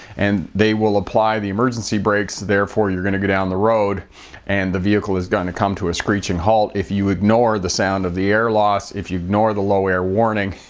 and they will apply the emergency brakes. therefore, you're going to go down the road and the vehicle is going to come to a screeching halt, if you ignore the sound of the air loss, if you ignore the low-air warning